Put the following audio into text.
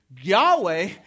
Yahweh